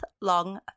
long